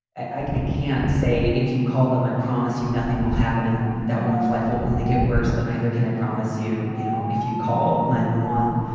i i can't say if you call them, i promise you, nothing will happen in that woman's life will only get worse. but neither can i promise you. you know, if you call nine one one,